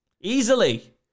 Easily